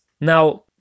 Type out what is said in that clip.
Now